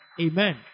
Amen